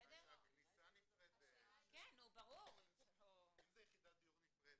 --- כניסה נפרדת, אם זו יחידת דיור נפרדת,